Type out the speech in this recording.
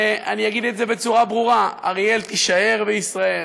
ואני אגיד את זה בצורה ברורה: אריאל תישאר בישראל,